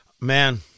Man